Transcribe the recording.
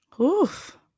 Oof